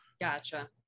gotcha